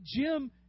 Jim